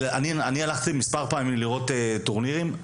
אני הלכתי מספר פעמים לראות טורנירים,